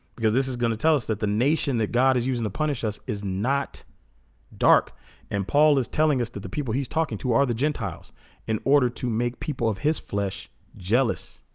because this is gonna tell us that the nation that god is using the punish us is not dark and paul is telling us that the people he's talking to are the gentiles in order to make people of his flesh jealous